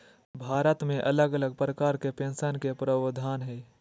भारत मे अलग अलग प्रकार के पेंशन के प्रावधान हय